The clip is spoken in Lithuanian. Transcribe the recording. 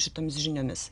šitomis žiniomis